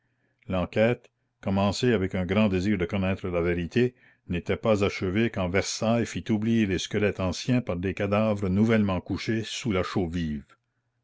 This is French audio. l'enquête commencée avec un grand désir de connaître la vérité n'était pas achevée quand versailles fit oublier les squelettes anciens par des cadavres nouvellement couchés sous la chaux vive